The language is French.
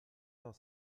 cent